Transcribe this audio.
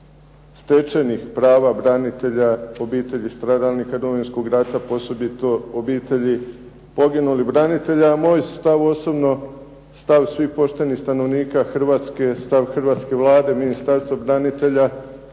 stečenih prava branitelja, obitelji stradalnika Domovinskog rata, osobito obitelji poginulih branitelja a moj stav osobno stav svih poštenih stanovnika Hrvatske je stav hrvatske Vlade, Ministarstva branitelja